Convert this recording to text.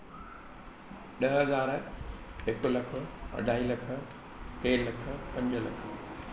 ॾह हज़ार हिकु लख अढाई लख टे लख पंज लख